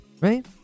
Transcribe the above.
right